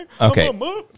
Okay